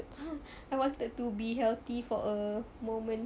I wanted to be healthy for a moment